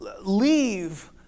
leave